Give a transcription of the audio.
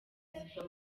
ziva